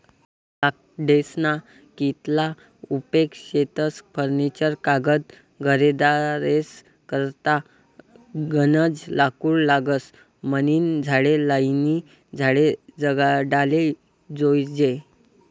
लाकडेस्ना कितला उपेग शेतस फर्निचर कागद घरेदारेस करता गनज लाकूड लागस म्हनीन झाडे लायीन झाडे जगाडाले जोयजे